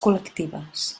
col·lectives